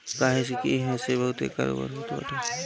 काहे से की इहा से बहुते कारोबार होत बाटे